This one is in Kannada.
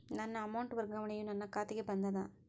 ನನ್ನ ಅಮೌಂಟ್ ವರ್ಗಾವಣೆಯು ನನ್ನ ಖಾತೆಗೆ ಬಂದದ